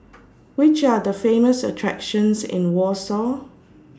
Which Are The Famous attractions in Warsaw